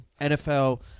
NFL